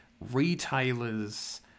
retailers